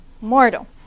mortal